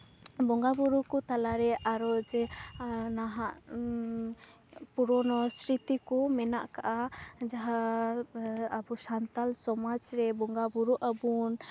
ᱵᱚᱸᱜᱟ ᱵᱩᱨᱩ ᱠᱚ ᱛᱟᱞᱟ ᱨᱮ ᱟᱨᱚ ᱡᱮ ᱱᱟᱦᱟᱜ ᱯᱩᱨᱳᱱᱳ ᱥᱨᱤᱛᱤ ᱠᱚ ᱢᱮᱱᱟᱜ ᱠᱟᱜᱼᱟ ᱡᱟᱦᱟᱸ ᱟᱵᱚ ᱥᱟᱱᱛᱟᱞ ᱥᱚᱢᱟᱡᱽ ᱨᱮ ᱵᱚᱸᱜᱟ ᱵᱩᱨᱩᱜ ᱟᱵᱚᱱ